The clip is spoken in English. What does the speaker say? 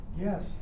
Yes